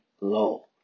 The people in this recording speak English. low